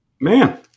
man